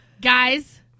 guys